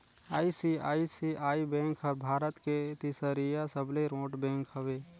ICICI bank हर भारत के तीसरईया सबले रोट बेंक हवे